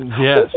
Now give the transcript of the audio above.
Yes